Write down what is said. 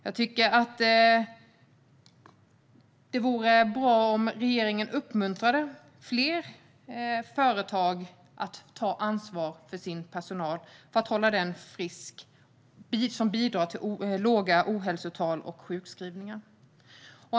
Jag tycker i stället att det vore bra om regeringen uppmuntrade fler företag att ta ansvar för att hålla sin personal frisk och på så sätt bidra till låga ohälsotal och sjukskrivningar.